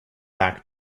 back